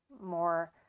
more